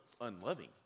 unloving